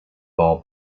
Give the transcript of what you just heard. ball